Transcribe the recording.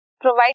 provide